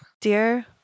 dear